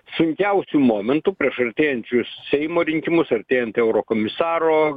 sunkiausiu momentu prieš artėjančius seimo rinkimus artėjant eurokomisaro